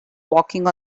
walking